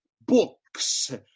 books